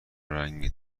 رنگت